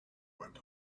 went